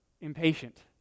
Impatient